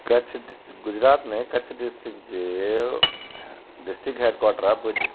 कच्छ डिस गुजरात में कच्छ डिस्ट्रिक्ट जे डिस्ट्रिक्ट हैडक्वाटर आहे भुज